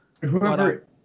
Whoever